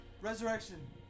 Resurrection